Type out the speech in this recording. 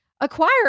acquire